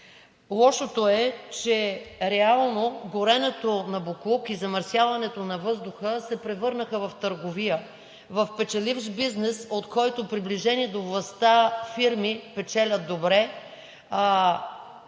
Лошото е, че реално горенето на боклук и замърсяването на въздуха се превърнаха в търговия, в печеливш бизнес, от който приближени до властта фирми печелят добре,